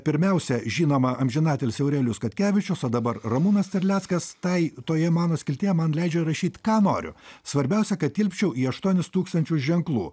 pirmiausia žinoma amžinatilsį aurelijus katkevičius o dabar ramūnas terleckas tai toje mano skiltyje man leidžia rašyt ką noriu svarbiausia kad tilpčiau į aštuonis tūkstančius ženklų